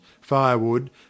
firewood